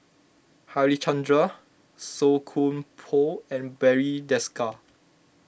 Harichandra Song Koon Poh and Barry Desker